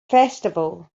festival